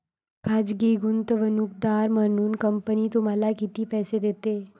खाजगी गुंतवणूकदार म्हणून कंपनी तुम्हाला किती पैसे देते?